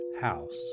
house